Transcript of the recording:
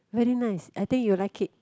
very nice I think you will like it